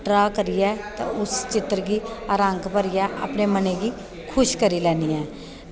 draw करियै ते उस चित्तर गी रंग भरियै अपने मनै गी खुश करी लैनी आं